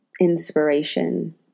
inspiration